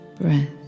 breath